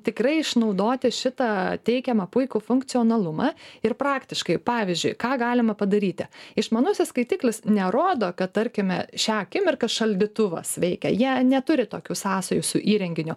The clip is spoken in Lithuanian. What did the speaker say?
tikrai išnaudoti šitą teikiamą puikų funkcionalumą ir praktiškai pavyzdžiui ką galima padaryti išmanusis skaitiklis nerodo kad tarkime šią akimirką šaldytuvas veikia jie neturi tokių sąsajų su įrenginiu